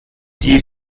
die